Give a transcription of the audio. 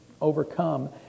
overcome